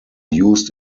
used